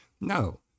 No